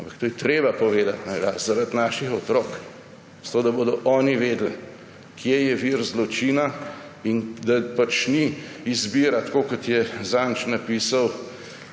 to je treba povedati na glas zaradi naših otrok, zato da bodo oni vedeli, kje je vir zločina in da pač ni izbira, tako kot je zadnjič napisal